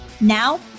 Now